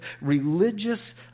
religious